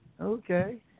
Okay